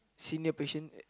senior patient